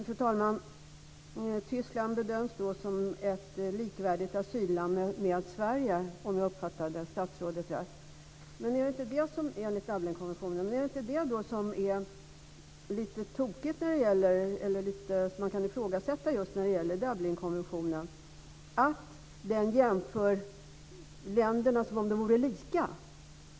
Fru talman! Tyskland bedöms som ett asylland likvärdigt med Sverige, om jag uppfattade statsrådet rätt. Men det är det som kan ifrågasättas med Dublinkonventionen, att den likställer länderna.